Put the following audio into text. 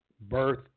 birth